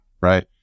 right